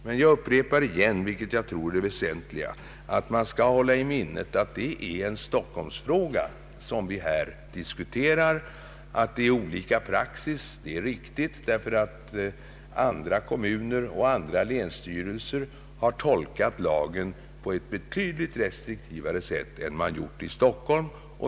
Men jag upprepar — vilket jag tror är det väsentliga — att man bör hålla i minnet att det är en Stockholmsfråga som vi här diskuterar. Det är riktigt att praxis är olika, därför att andra kommuner och andra länsstyrelser har tolkat lagen på ett betydligt mera restriktivt sätt än man gjort i Stockholm.